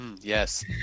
Yes